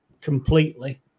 completely